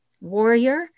warrior